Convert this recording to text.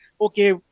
Okay